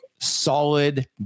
solid